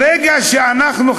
ברגע שאנחנו,